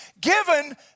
given